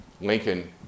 Lincoln